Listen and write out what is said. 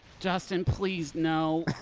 justin, please, no.